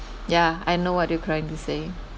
yeah I know what you trying to say